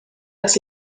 das